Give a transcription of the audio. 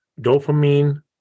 dopamine